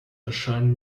erscheinen